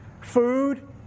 food